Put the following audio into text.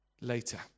later